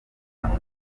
kanwa